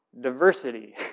diversity